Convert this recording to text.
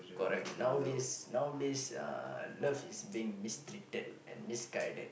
correct nowadays nowadays uh love is being mistreated and misguided